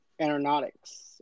Aeronautics